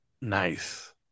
Nice